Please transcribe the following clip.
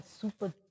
super